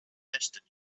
destiny